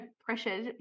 pressure